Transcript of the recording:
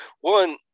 one